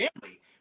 family